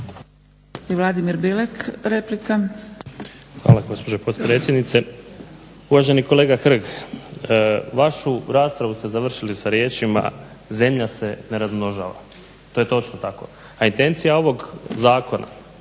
Vladimir (HNS)** Hvala gospođo potpredsjednice. Uvaženi kolega Hrg, vašu raspravu ste završili sa riječima zemlja se ne razmnožava. To je točno tako, a intencija ovog zakona